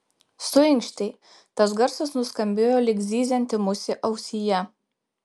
suinkštei tas garsas nuskambėjo lyg zyzianti musė ausyje